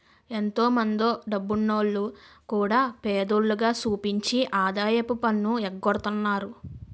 ఎంతో మందో డబ్బున్నోల్లు కూడా పేదోల్లుగా సూపించి ఆదాయపు పన్ను ఎగ్గొడతన్నారు